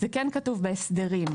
זה כן כתוב בהסדרים.